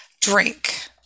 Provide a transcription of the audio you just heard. drink